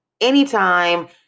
anytime